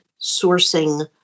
sourcing